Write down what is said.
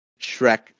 Shrek